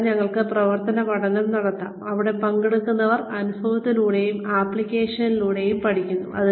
കൂടാതെ ഞങ്ങൾക്ക് പ്രവർത്തന പഠനം നടത്താം അവിടെ പങ്കെടുക്കുന്നവർ അനുഭവത്തിലൂടെയും ആപ്ലിക്കേഷനുകളിലൂടെയും പഠിക്കുന്നു